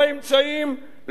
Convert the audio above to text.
לא ולא.